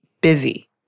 busy